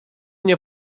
nie